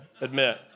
admit